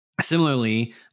similarly